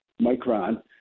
Micron